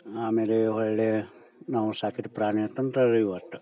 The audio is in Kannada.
ಆಮೇಲೆ ಒಳ್ಳೆಯ ನಾವು ಸಾಕಿದ ಪ್ರಾಣಿ ಅಂತಂದ್ರೆ